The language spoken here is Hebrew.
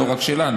לא רק שלנו,